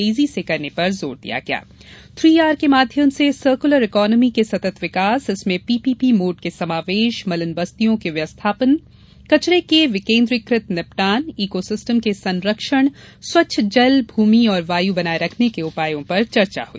three R के माध्यम से सर्कुलर इकॉनामी के सतत विकास इसमें पी पी पी मोड के समावेश मलिन बस्तियों के व्यस्थापन कचरे के विकेन्द्रीकृत निपटान इकोसिस्टम के संरक्षण स्वच्छ जल भूमि और वायु बनाये रखने के उपायों पर चर्चा हुई